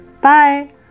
bye